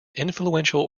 influential